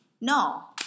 No